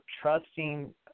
trusting